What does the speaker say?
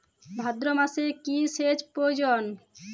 ভাদ্রমাসে কি সেচ প্রয়োজন?